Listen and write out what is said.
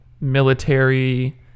military